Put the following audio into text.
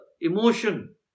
emotion